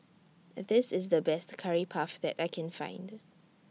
This IS The Best Curry Puff that I Can Find